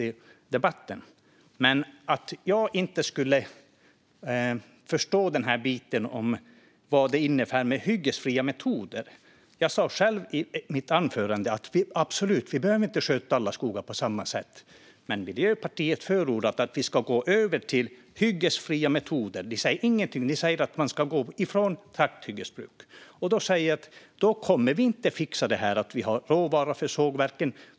När det gäller att jag inte skulle förstå den här biten med vad det innebär med hyggesfria metoder sa jag själv i mitt anförande att vi inte behöver sköta alla skogar på samma sätt - men Miljöpartiet har förordat att vi ska gå över till hyggesfria metoder. Det säger ingenting. Ni säger att man ska gå ifrån trakthyggesbruk, och då säger jag att vi inte kommer att fixa att ha råvara åt sågverken.